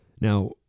Now